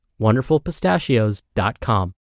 wonderfulpistachios.com